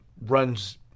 runs